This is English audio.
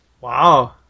Wow